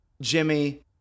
Jimmy